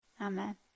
Amen